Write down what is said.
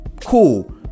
Cool